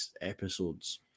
episodes